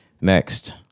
Next